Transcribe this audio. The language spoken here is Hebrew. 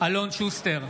אלון שוסטר,